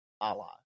Allah